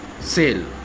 sale